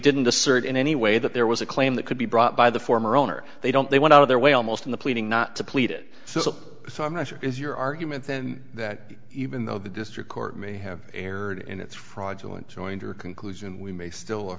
didn't assert in any way that there was a claim that could be brought by the former owner they don't they went out of their way almost in the pleading not to plead it so i'm not sure is your argument then that even though the district court may have erred in its fraudulent jointer conclusion we may still a